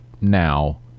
now